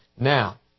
now